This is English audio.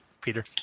Peter